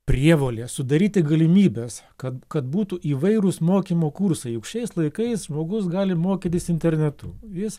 prievolė sudaryti galimybes kad kad būtų įvairūs mokymo kursai juk šiais laikais žmogus gali mokytis internetu jis